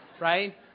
right